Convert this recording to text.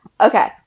Okay